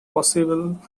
possible